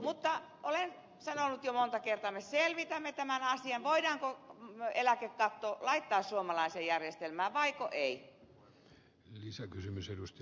mutta olen sanonut jo monta kertaa että me selvitämme tämän asian voidaanko eläkekatto laittaa suomalaiseen järjestelmään vaiko ei